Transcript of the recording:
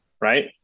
Right